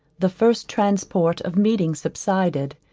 the first transport of meeting subsided,